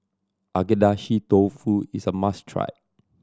Agedashi Dofu is a must try